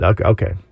okay